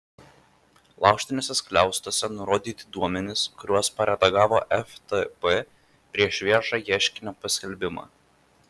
laužtiniuose skliaustuose nurodyti duomenys kuriuos paredagavo ftb prieš viešą ieškinio paskelbimą